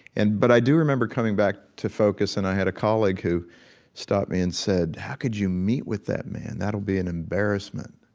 and but i do remember coming back to focus and i had a colleague who stopped me and said, how could you meet with that man? that'll be an embarrassment.